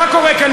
מה קורה כאן,